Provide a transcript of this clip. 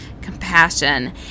compassion